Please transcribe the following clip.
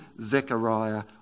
Zechariah